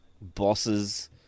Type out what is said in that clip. bosses